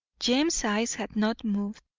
james's eyes had not moved.